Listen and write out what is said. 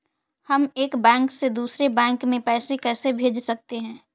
हम एक बैंक से दूसरे बैंक में पैसे कैसे भेज सकते हैं?